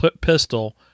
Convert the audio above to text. pistol